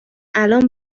الان